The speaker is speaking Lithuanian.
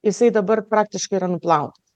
jisai dabar praktiškai yra nuplautas